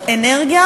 האנרגיה